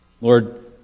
Lord